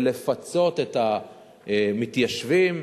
ולפצות את המתיישבים